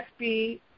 SB